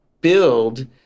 build